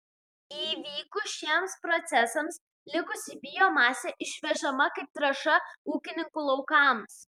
įvykus šiems procesams likusi biomasė išvežama kaip trąša ūkininkų laukams